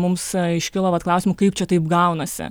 mums iškilo vat klausimų kaip čia taip gaunasi